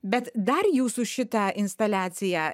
bet dar jūsų šitą instaliaciją